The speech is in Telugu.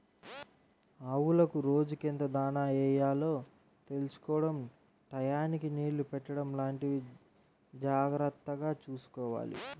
ఆవులకు రోజుకెంత దాణా యెయ్యాలో తెలుసుకోడం టైయ్యానికి నీళ్ళు పెట్టడం లాంటివి జాగర్తగా చూసుకోవాలి